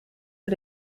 für